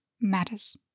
matters